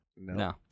No